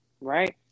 right